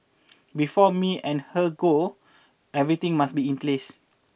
before me and her go everything must be in place